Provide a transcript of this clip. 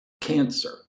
cancer